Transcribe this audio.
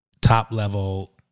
top-level